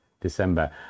December